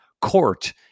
court